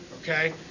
Okay